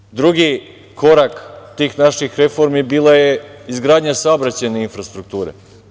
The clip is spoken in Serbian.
Znate, drugi korak tih naših reformi bila je izgradnja saobraćajne infrastrukture.